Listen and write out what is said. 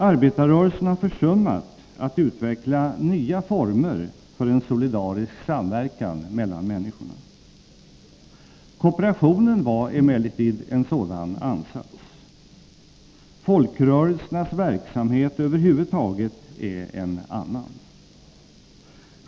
Arbetarrörelsen har försummat att utveckla nya former för en solidarisk samverkan mellan människorna. Kooperationen var emellertid en sådan 119 ansats. Folkrörelsernas verksamhet över huvud taget är en annan.